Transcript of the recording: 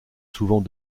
souvent